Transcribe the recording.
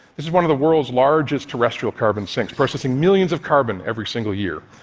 this is one of the world's largest terrestrial carbon sinks, processing millions of carbon every single year.